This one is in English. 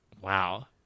Wow